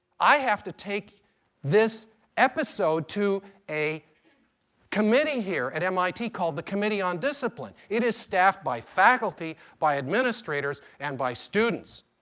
i have to take this episode to a committee here at mit called the committee on discipline. it is staffed by faculty, by administrators, and by students.